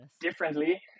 differently